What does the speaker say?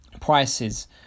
prices